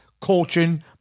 coaching